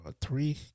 three